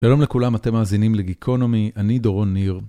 שלום לכולם, אתם מאזינים לגיקונומי, אני דורון ניר.